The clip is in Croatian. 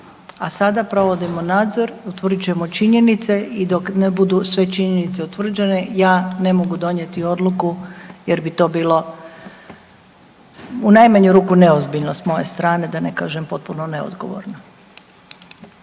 a sada provodimo nadzor, utvrđujemo činjenice i dok ne budu sve činjenice utvrđene ja ne mogu donijeti odluku jer bi to bilo u najmanju ruku neozbiljno s moje strane, da ne kažem potpuno neodgovorno.